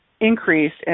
Increased